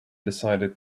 decided